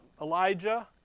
Elijah